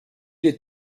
les